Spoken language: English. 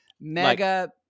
mega